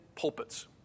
pulpits